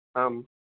आं